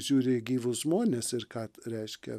žiūri į gyvus žmones ir ką reiškia